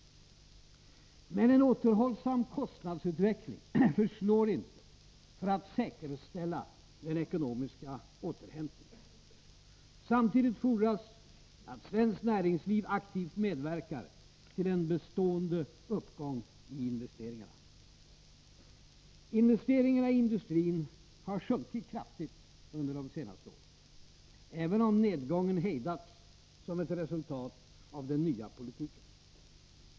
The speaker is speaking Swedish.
Men en återhållsam kostnadsutveckling förslår inte för att säkerställa den ekonomiska återhämtningen. Samtidigt fordras att svenskt näringsliv aktivt medverkar till en bestående uppgång i investeringarna. Investeringarna i industrin har sjunkit kraftigt under de senare åren, även om nedgången hejdats som ett resultat av den nya politiken.